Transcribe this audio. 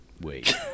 wait